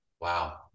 Wow